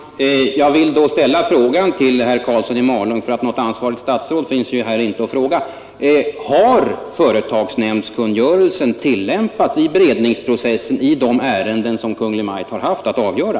Herr talman! Jag vill då ställa frågan till herr Karlsson i Malung — något ansvarigt statsråd finns ju inte närvarande: Har företagsnämndskungörelsen tillämpats i beredningsprocessen i de ärenden som Kungl. Maj:t haft att avgöra?